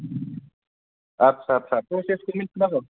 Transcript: आत्सा आत्सा प्रसेसखौ मिथिनांगोन